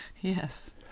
Yes